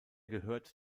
gehört